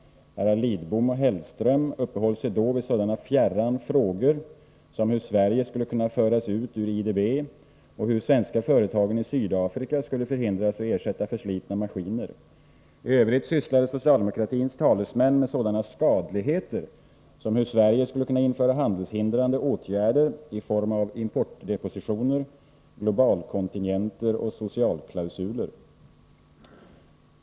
Herrar Lidbom och Hellström uppehöll sig då vid sådana fjärran frågor som hur Sverige skulle kunna föras ut ur IDB och hur de svenska företagen i Sydafrika skulle förhindras att ersätta förslitna maskiner. I övrigt sysslade socialdemokratins talesmän med sådana skadligheter som hur Sverige skulle kunna införa handelshindrande åtgärder i form av importde positioner, globalkontingenter och socialklausuler.